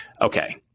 Okay